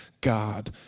God